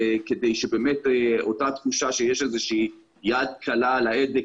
כדי שבאמת אותה שיש איזושהי יד קלה על ההדק,